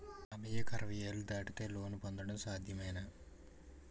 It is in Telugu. మామయ్యకు అరవై ఏళ్లు దాటితే లోన్ పొందడం సాధ్యమేనా?